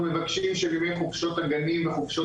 אנחנו מבקשים שבימי חופשות הגנים וחופשות